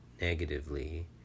negatively